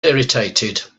irritated